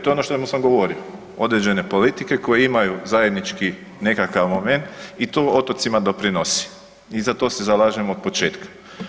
To je ono što sam govorio, određene politike koje imaju zajednički nekakav moment i to otocima doprinosi i za to se zalažem od početka.